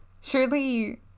surely